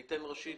ראשית,